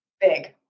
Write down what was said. big